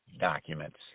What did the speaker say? documents